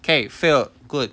K failed good